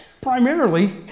primarily